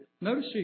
Notice